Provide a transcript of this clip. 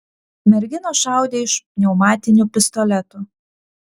merginos šaudė iš pneumatinių pistoletų